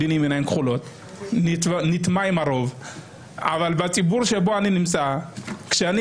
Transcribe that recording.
מאתיופיה לגבי הציבור בו אני נמצא שכאשר